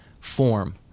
form